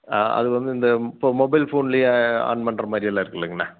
அது வந்து இந்த இப்போ மொபைல் ஃபோன்லேயே ஆன் பண்ணுற மாதிரியெல்லாம் இருக்குதுல்லிங்கண்ணா